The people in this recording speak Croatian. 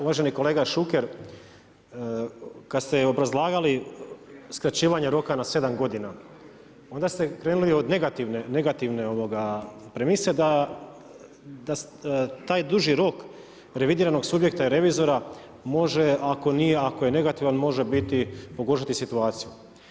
Uvaženi kolega Šuker, kad ste obrazlagali skraćivanje roka na 7 godina, onda ste krenuli od negativne premise da taj duži rok revidiranog subjekta i revizora može ako je negativan pogoršati situaciju.